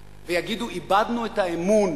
ויגידו: איבדנו את האמון